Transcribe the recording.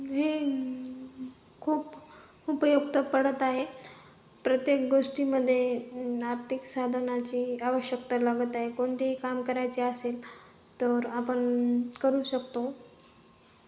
हे खूप उपयुक्त पडत आहे प्रत्येक गोष्टीमध्ये आर्थिक साधनाची आवश्यकता लागत आहे कोणतीही काम करायचे असेल तर आपण करू शकतो